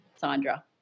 Sandra